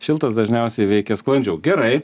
šiltas dažniausiai veikia sklandžiau gerai